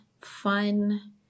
fun